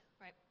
Right